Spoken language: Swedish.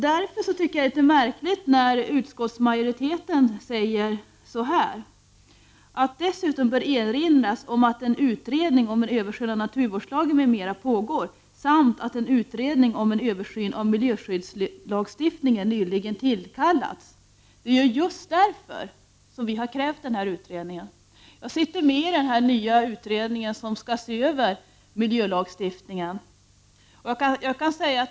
Därför tycker jag att det är litet märkligt att utskottsmajoriteten skriver följande: ”Dessutom bör erinras om att en utredning om en översyn av naturvårdslagen m.m. pågår samt att en utredning om en översyn av miljöskyddslagstiftningen nyligen tillkallats.” Det är ju just därför som vi har krävt denna utredning. Jag sitter med i den nya utredning som skall se över miljölagstiftningen.